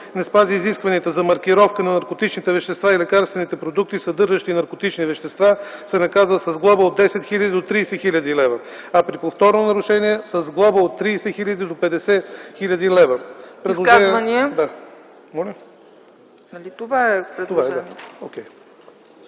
не спази изискванията за маркировка на наркотичните вещества и лекарствени продукти, съдържащи наркотични вещества, се наказва с глоба от 10 000 до 30 000 лв., а при повторно нарушение – с глоба от 30 000 до 50 000 лв.” ПРЕДСЕДАТЕЛ ЦЕЦКА ЦАЧЕВА: Изказвания?